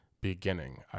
beginning